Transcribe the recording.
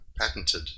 patented